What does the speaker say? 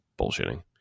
bullshitting